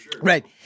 Right